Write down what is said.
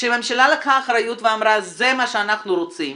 שהממשלה לקחה אחריות ואמרה: זה מה שאנחנו רוצים,